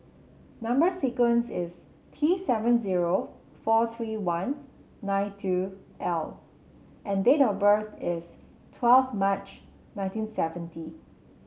number sequence is T seven zero four three one nine two L and date of birth is twelve March nineteen seventy